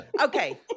Okay